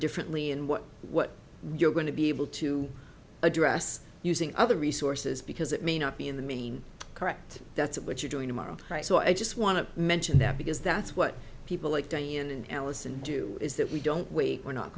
differently and what what you're going to be able to address using other resources because it may not be in the mean correct that's what you're doing tomorrow so i just want to mention that because that's what people like diane and allison do is that we don't wait we're not